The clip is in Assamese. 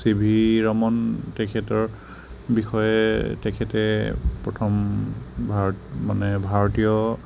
চি ভি ৰমণ তেখেতৰ বিষয়ে তেখেতে প্ৰথম ভাৰত মানে ভাৰতীয়